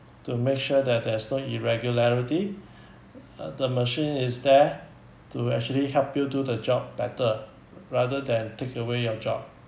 to make sure that there's long irregularity uh the machine is there to actually help you do the job better rather than take away your job